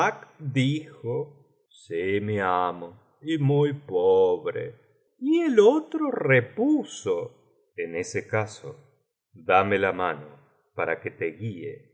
dijo sí mi amo y muy pobre y el otro repuso en ese caso dame la mano para que te guíe